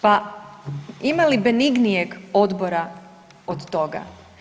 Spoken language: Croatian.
Pa ima li benignijeg odbora od toga?